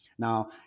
Now